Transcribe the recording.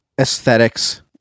Aesthetics